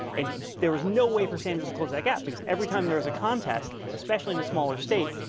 and there was no way for sanders to close that gap because every time there's a contest, especially in the smaller states,